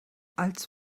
als